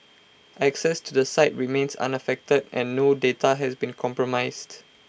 access to the site remains unaffected and no data has been compromised